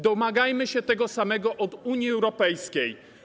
Domagajmy się tego samego od Unii Europejskiej.